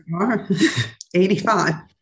85